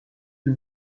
più